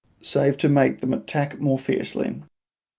save to make them attack more fiercely.